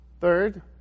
Third